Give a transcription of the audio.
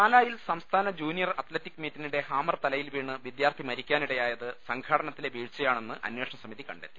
പാലായിൽ സംസ്ഥാന junior athletic മീറ്റിനിടെ ഹാമർ തലയിൽ വീണ് പിദ്യാർത്ഥി മരിക്കാൻ ഇടയായത് സംഘാടന ത്തിലെ പ്രീഴ്ചയാണെന്ന് അന്വേഷണ സമിതി കണ്ടെത്തി